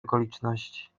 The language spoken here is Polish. okoliczności